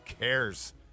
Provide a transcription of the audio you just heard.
cares